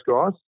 guys